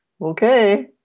Okay